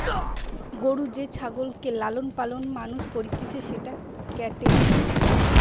যে গরু ছাগলকে লালন পালন মানুষ করতিছে সেটা ক্যাটেল